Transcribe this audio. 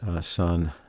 son